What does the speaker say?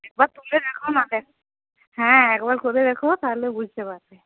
একবার তুলে দেখো না দেখো হ্যাঁ একবার করে দেখো তাহলে বুঝতে পারবে